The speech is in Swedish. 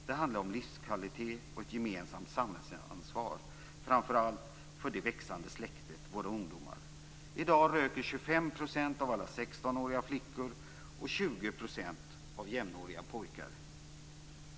Det handlar om livskvalitet och ett gemensamt samhällsansvar, framför allt för det växande släktet, våra ungdomar. av jämnåriga pojkar.